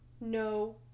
no